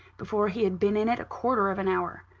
before he had been in it a quarter of an hour.